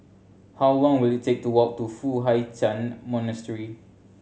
how long will it take to walk to Foo Hai Ch'an Monastery